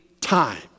time